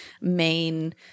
main